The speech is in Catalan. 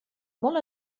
molt